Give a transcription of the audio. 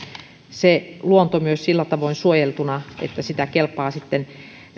se luonto sillä tavoin suojeltuna että sitä kelpaa sitten